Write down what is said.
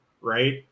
right